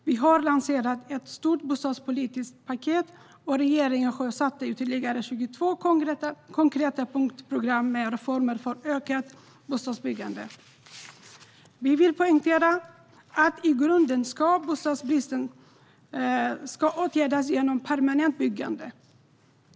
Vi har lanserat ett stort bostadspolitiskt paket, och regeringen har sjösatt ytterligare 22 konkreta punktprogram med reformer för ökat bostadsbyggande. Vi vill poängtera att bostadsbristen i grunden ska åtgärdas genom permanent byggande.